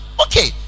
okay